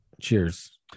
Cheers